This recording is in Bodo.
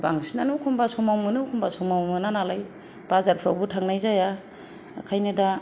बांसिनानो एखनबा समाव मोनो एखनबा समाव मोना नालाय बाजारफोरावबो थांनाय जाया नालाय ओंखायनो दा